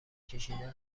کشیدن